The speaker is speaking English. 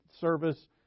service